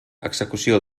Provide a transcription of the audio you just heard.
execució